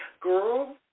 girl